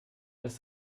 ist